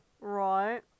Right